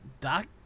Doc